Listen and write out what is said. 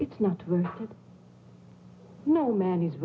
it's not no man he's